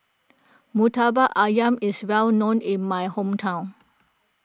Murtabak Ayam is well known in my hometown